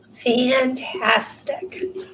Fantastic